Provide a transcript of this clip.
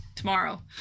tomorrow